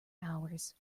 hours